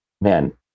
man